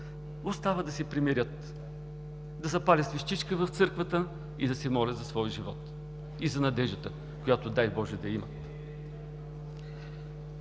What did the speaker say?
Остава да се примирят, да запалят свещичка в църквата и да се молят за своя живот и за надеждата, която, дай Боже, да я има.